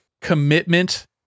commitment